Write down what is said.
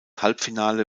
halbfinale